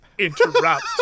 interrupt